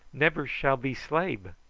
nebber shall be slabe!